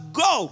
go